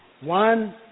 One